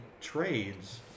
trades